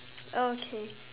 okay